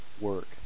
work